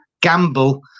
Gamble